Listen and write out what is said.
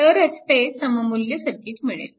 तरच ते सममुल्य सर्किट मिळेल